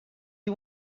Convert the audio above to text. you